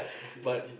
crazy